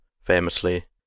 famously